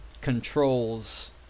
controls